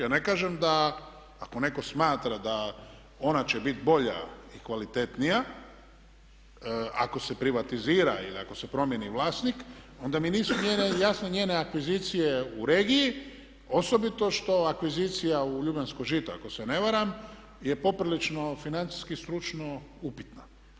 Ja ne kažem da ako netko smatra da ona će biti bolja i kvalitetnija, ako se privatizira ili ako se promjeni vlasnik onda mi nisu jasne njene akvizicije u regiji osobito što akvizicija u Ljubljansko žito ako se ne varam je poprilično financijski stručno upitno.